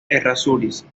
errázuriz